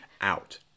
out